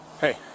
Hey